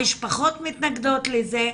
המשפחות מתנגדות לזה.